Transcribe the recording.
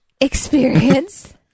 experience